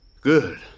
Good